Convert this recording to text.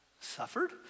suffered